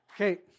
Okay